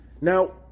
Now